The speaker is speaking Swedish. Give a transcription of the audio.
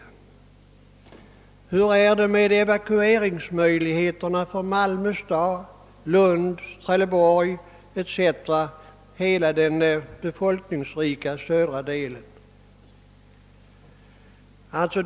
Och hur är det med evakueringsmöjligheterna för Malmö stad, Lund, Trelleborg och hela den befolkningsrika södra delen av landet?